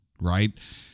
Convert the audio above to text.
Right